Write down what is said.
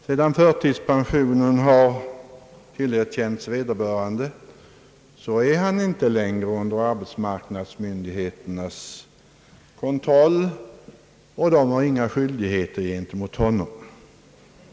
Sedan vederbörande tillerkänts förtidspension står han inte längre under arbetsmarknadsmyndigheternas kontroll, och de har inga skyldigheter gentemot honom.